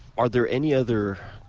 are there any other